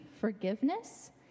forgiveness